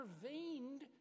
intervened